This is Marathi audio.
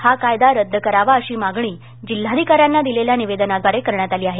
हा कायदा रदद् करावा अशी मागणी जिल्हाधिकाऱ्यांना दिलेल्या निवेदनाद्वारे करण्यात आली आहे